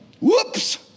Whoops